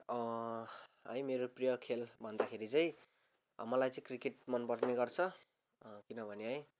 है मेरो प्रिय खेल भन्दाखेरि चाहिँ मलाई चाहिँ क्रिकेट मनपर्ने गर्छ किनभने है